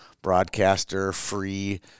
broadcaster-free